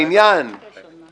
על סדר היום